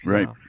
Right